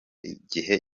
igihe